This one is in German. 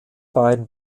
beiden